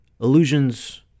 illusions